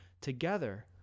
Together